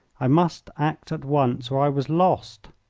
i must act at once or i was lost.